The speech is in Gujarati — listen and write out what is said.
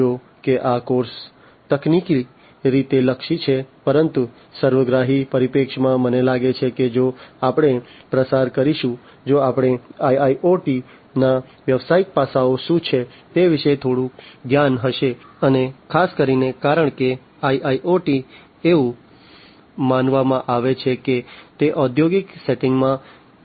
જો કે આ કોર્સ તકનીકી રીતે લક્ષી છે પરંતુ સર્વગ્રાહી પરિપ્રેક્ષ્યમાં મને લાગે છે કે જો આપણે પસાર કરીશું જો આપણને IIoT ના વ્યવસાયિક પાસાઓ શું છે તે વિશે થોડું જ્ઞાન હશે અને ખાસ કરીને કારણ કે IIoT એવું માનવામાં આવે છે કે તે ઔદ્યોગિક સેટિંગ્સમાં વપરાય છે